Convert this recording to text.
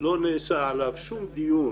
לא נעשה עליו שום דיון.